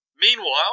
Meanwhile